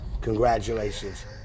Congratulations